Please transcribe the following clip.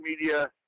media